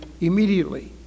immediately